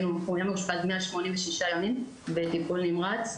הוא היה מאושפז 186 ימים בטיפול נמרץ,